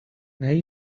nahi